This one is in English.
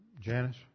Janice